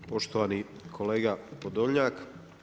Poštovani kolega Podolnjak.